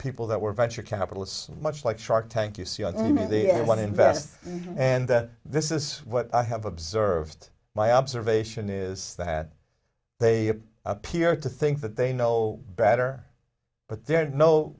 people that were venture capitalists much like shark tank you see on the me they're one invests and that this is what i have observed my observation is that they appear to think that they know better but they're kno